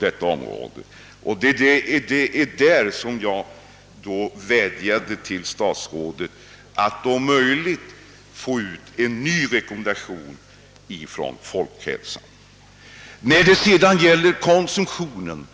Det är därför som jag nu vädjar till statsrådet om att få fram en ny sådan rekommendation av folkhälsoinstitutet, om detta är möjligt. Vad sedan konsumtionen